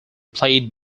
played